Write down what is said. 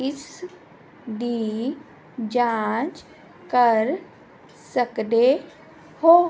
ਇਸ ਦੀ ਜਾਂਚ ਕਰ ਸਕਦੇ ਹੋ